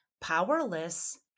Powerless